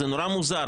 זה נורא מוזר,